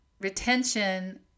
retention